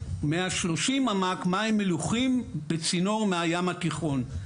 130 ממ"ק מים מלוחים בצינור מהים התיכון.